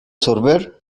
sorber